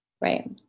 right